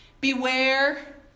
beware